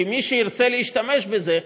כי מי שירצה להשתמש בזה,